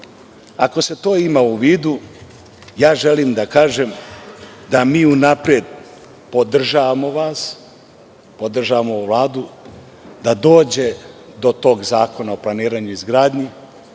Ako se to ima u vidu, želim da kažem, da mi unapred podržavamo vas, podržavamo Vladu, da dođe do tog Zakona o planiranju i izgradnji